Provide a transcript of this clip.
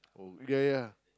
oh ya ya